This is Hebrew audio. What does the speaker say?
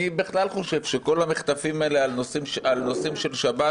אני בכלל חושב שכל המחטפים האלה בנושאים של שבת,